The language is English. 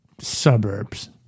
suburbs